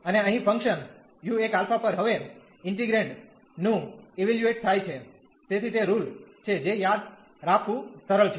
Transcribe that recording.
અને અહીં function u1 α પર હવે ઇન્ટીગ્રેંડ નું ઇવેલ્યુએટ થાય છે તેથી તે રુલ છે જે યાદ રાખવું સરળ છે